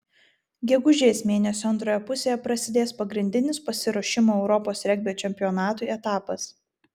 gegužės mėnesio antroje pusėje prasidės pagrindinis pasiruošimo europos regbio čempionatui etapas